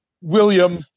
William